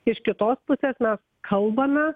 iš kitos pusės mes kalbame